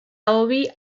hobi